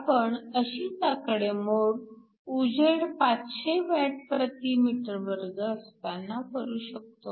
आपण अशीच आकडेमोड उजेड 500 Wm2 असताना करू शकतो